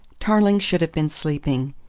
tarling should have been sleeping.